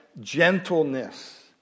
Gentleness